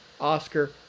Oscar